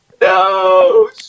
No